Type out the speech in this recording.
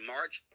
March